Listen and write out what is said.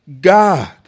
God